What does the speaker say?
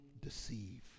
deceived